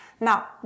Now